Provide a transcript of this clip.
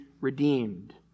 redeemed